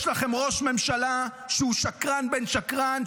יש לכם ראש ממשלה שהוא שקרן בן שקרן,